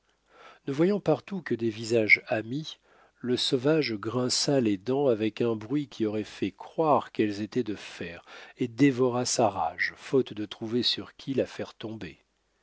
ne voyant partout que des visages amis le sauvage grinça les dents avec un bruit qui aurait fait croire qu'elles étaient de fer et dévora sa rage faute de trouver sur qui la faire tomber